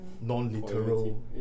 non-literal